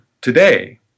today